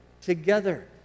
together